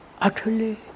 utterly